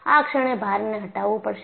આ ક્ષણે ભારને હટાવું પડશે